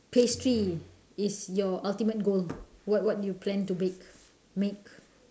pastry is your ultimate goal what what do you plan to bake make